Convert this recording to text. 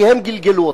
כי הם גלגלו אותה.